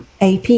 AP